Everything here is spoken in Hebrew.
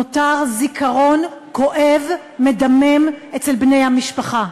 נותר זיכרון כואב, מדמם, אצל בני המשפחה.